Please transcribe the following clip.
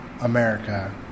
America